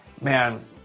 Man